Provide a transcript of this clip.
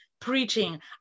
preaching